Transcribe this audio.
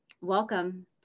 welcome